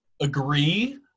agree